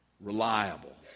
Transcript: reliable